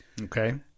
Okay